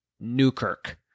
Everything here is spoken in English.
Newkirk